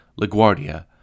LaGuardia